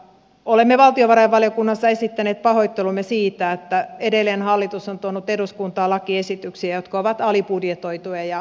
olemme valtiovarainvaliokunnassa esittäneet pahoittelumme siitä että edelleen hallitus on tuonut eduskuntaan lakiesityksiä jotka ovat alibudjetoituja